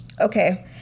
okay